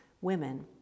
women